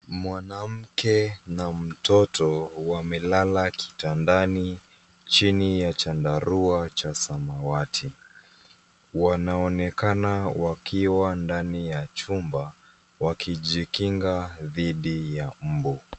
Mwanamke na mtoto wamelala kitandani chini ya chandarua cha samawati. Wanaonekana wakiwa ndani ya chumba, wakijikinga dhidi ya mbu.